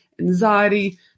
anxiety